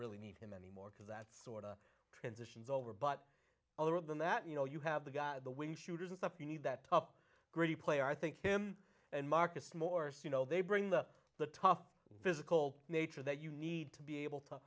really need him anymore because that sort of transitions over but other than that you know you have the guys the wing shooters and stuff you need that top gritty player i think him and marcus morse you know they bring the the tough physical nature that you need to be able to